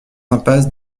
impasse